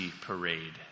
Parade